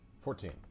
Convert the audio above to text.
Fourteen